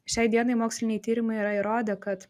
šiai dienai moksliniai tyrimai yra įrodę kad